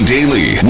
Daily